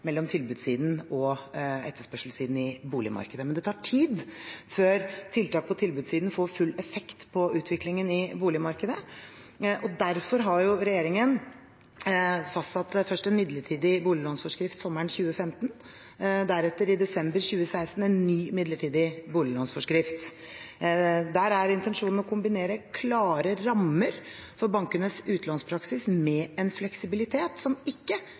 mellom tilbudssiden og etterspørselssiden i boligmarkedet. Men det tar tid før tiltak på tilbudssiden får full effekt på utviklingen i boligmarkedet, og derfor fastsatte regjeringen først en midlertidig boliglånsforskrift sommeren 2015, og deretter, i desember 2016, en ny midlertidig boliglånsforskrift. Der er intensjonen å kombinere klare rammer for bankenes utlånspraksis med en fleksibilitet som ikke